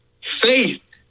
faith